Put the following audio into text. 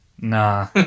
Nah